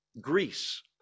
Greece